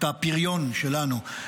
את הפריון שלנו.